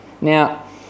Now